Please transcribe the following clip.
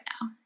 now